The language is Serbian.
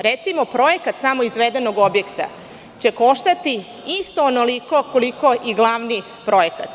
Recimo, projekat samo izvedenog objekta će koštati isto onoliko koliko i glavni projekat.